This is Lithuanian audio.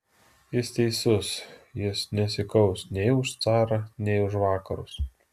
jis teisus jis nesikaus nei už carą nei už vakarus